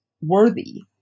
worthy